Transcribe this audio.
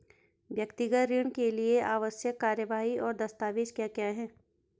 व्यक्तिगत ऋण के लिए आवश्यक कार्यवाही और दस्तावेज़ क्या क्या हैं?